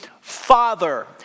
father